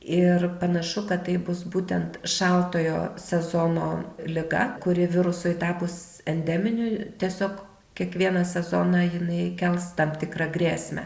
ir panašu kad tai bus būtent šaltojo sezono liga kuri virusui tapus endeminiu tiesiog kiekvieną sezoną jinai kels tam tikrą grėsmę